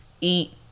eat